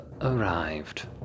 arrived